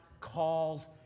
calls